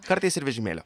kartais ir vežimėlio